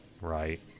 Right